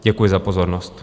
Děkuji za pozornost.